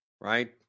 right